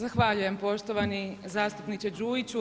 Zahvaljujem poštovani zastupniče Đujiću.